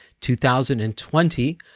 2020